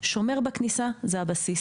יש שומר בכניסה, זה הבסיס.